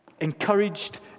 encouraged